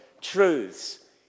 truths